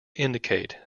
indicate